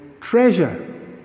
treasure